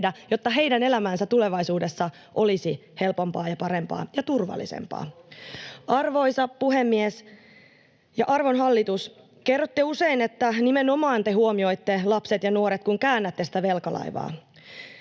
jotta heidän elämänsä tulevaisuudessa olisi helpompaa ja parempaa ja turvallisempaa. Arvoisa puhemies! Arvon hallitus, kerrotte usein, että nimenomaan huomioitte lapset ja nuoret, kun käännätte sitä velkalaivaa.